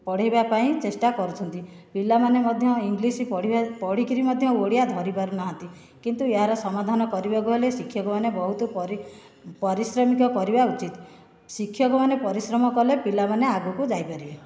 ପଢ଼ାଇବା ପାଇଁ ଚେଷ୍ଟା କରୁଛନ୍ତି ପିଲାମାନେ ମଧ୍ୟ ଇଂଲିଶ ପଢ଼ି କରି ମଧ୍ୟ ଓଡ଼ିଆ ଧରି ପାରୁନାହାନ୍ତି କିନ୍ତୁ ଏହାର ସମାଧାନ କରିବାକୁ ହେଲେ ଶିକ୍ଷକ ମାନେ ବହୁତ ପରିଶ୍ରମ କରିବା ଉଚିତ ଶିକ୍ଷକ ମାନେ ପରିଶ୍ରମ କଲେ ପିଲା ମାନେ ଆଗକୁ ଯାଇପାରିବେ